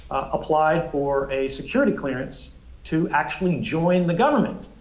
applied for a security clearance to actually join the government.